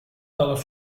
todos